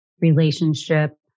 relationship